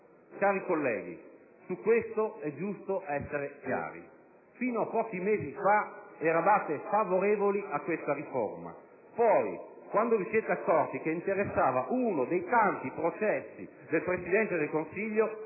Cari colleghi, su questo è giusto essere chiari. Fino a pochi mesi fa, eravate favorevoli a questa riforma; poi, quando vi siete accorti che interessava uno dei tanti processi del Presidente del Consiglio,